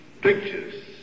pictures